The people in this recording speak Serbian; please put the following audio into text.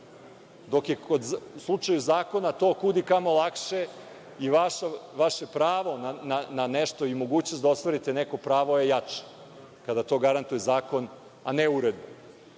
dok je u slučaju zakona to kud i kamo lakše i vaše pravo na nešto i mogućnost da ostvarite neko pravo je jače kada to garantuje zakon, a ne uredba. Vlada